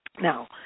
Now